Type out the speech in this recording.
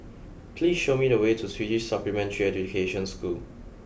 please show me the way to Swedish Supplementary Education School